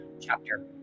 chapter